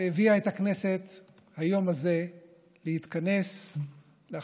שהביאה את הכנסת להתכנס ביום הזה,